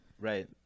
right